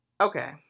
Okay